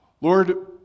Lord